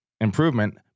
improvement